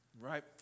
Right